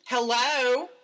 Hello